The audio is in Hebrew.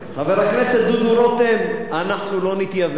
חבר הכנסת דודו רותם, אנחנו לא נתייוון.